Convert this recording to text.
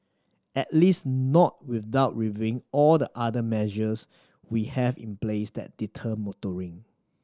at least not without reviewing all the other measures we have in place that deter motoring